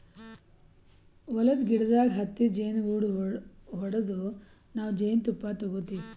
ಹೊಲದ್ದ್ ಗಿಡದಾಗ್ ಹತ್ತಿದ್ ಜೇನುಗೂಡು ಹೊಡದು ನಾವ್ ಜೇನ್ತುಪ್ಪ ತಗೋತಿವ್